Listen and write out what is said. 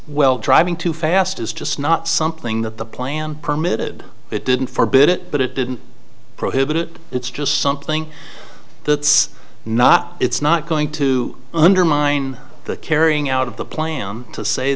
well driving too fast is just not something that the plan permitted it didn't forbid it but it didn't prohibit it it's just something that's not it's not going to undermine the carrying out of the plan to say